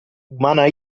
umana